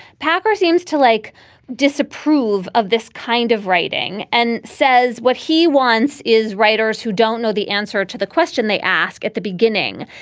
packer seems to like disapprove of this kind of writing and says what he wants is writers who don't know the answer to the question they ask at the beginning.